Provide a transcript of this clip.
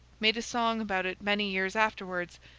made a song about it many years afterwards,